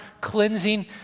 cleansing